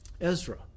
Ezra